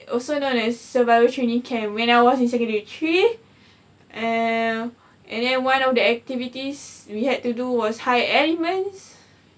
also known as survival training camp when I was in secondary three and and then one of the activities we had to do was high elements